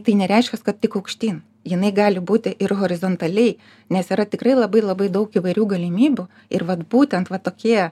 tai nereiškias kad tik aukštyn jinai gali būti ir horizontaliai nes yra tikrai labai labai daug įvairių galimybių ir vat būtent va tokie